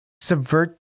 subvert